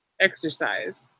exercise